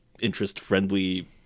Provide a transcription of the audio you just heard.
interest-friendly